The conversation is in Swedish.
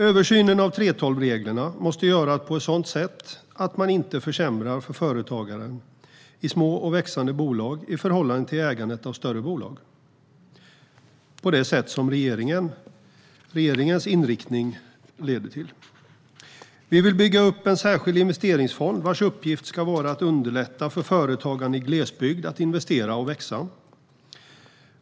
Översynen av 3:12-reglerna måste göras på ett sådant sätt att man inte försämrar för företagarna i små och växande bolag i förhållande till ägande i större bolag - på det sätt regeringens inriktning leder till. Sverigedemokraterna vill bygga upp en särskild investeringsfond vars uppgift ska vara att underlätta för företagare i glesbygd att investera och växa.